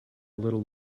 little